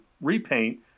repaint